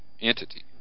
entity